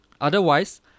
Otherwise